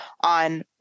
on